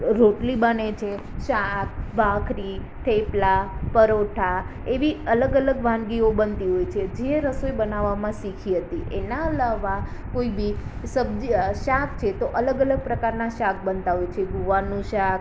રોટલી બને છે શાક ભાખરી થેપલાં પરોઠાં એવી અલગ અલગ વાનગીઓ બનતી હોય છે જે રસોઈ બનાવવામાં શીખી હતી એના અલાવા કોઈ વી શબજી શાક છે તો અલગ અલગ પ્રકારના શાક બનતાં હોય છે ગુવારનું શાક